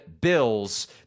Bills